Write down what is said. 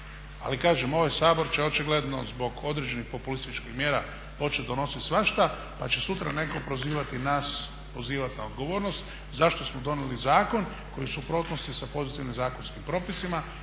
Ali kažem ovaj Sabor će očigledno zbog određenih populističkih mjera početi donositi svašta pa će sutra netko prozivati nas na odgovornost zašto smo donijeli zakon koji je u suprotnosti s pozitivnim zakonskim propisima